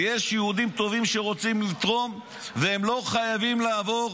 ויש יהודים טובים שרוצים לתרום והם לא חייבים לעבור